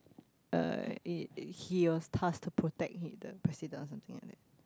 uh he he was tasked to protect he the President or something like that